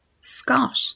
Scott